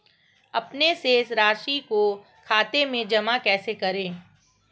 अपने शेष राशि को खाते में जमा कैसे करें?